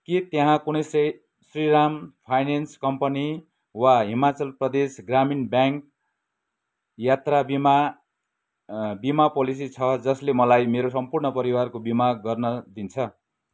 के त्यहाँ कुनै श्रीराम फाइनेन्स कम्पनी वा हिमाचल प्रदेश ग्रामीण ब्याङ्क यात्रा बिमा बिमा पोलेसी छ जसले मलाई मेरो सम्पूर्ण परिवारको बिमा गर्न दिन्छ